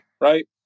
right